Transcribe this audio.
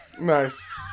Nice